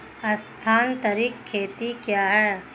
स्थानांतरित खेती क्या है?